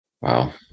Wow